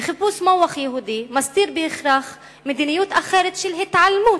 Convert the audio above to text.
חיפוש מוח מסתיר בהכרח מדיניות אחרת של התעלמות,